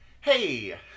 hey